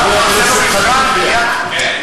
חבר הכנסת חאג' יחיא,